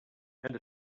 and